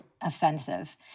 offensive